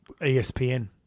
ESPN